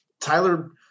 Tyler